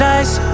Nice